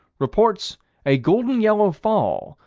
reports a golden-yellow fall,